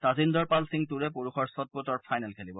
তাজিন্দৰ পাল সিং তুৰে পুৰুষৰ শ্বটফুটৰ ফাইনেল খেলিব